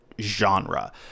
genre